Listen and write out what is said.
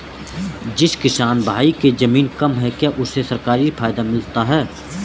जिस किसान भाई के ज़मीन कम है क्या उसे सरकारी फायदा मिलता है?